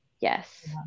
Yes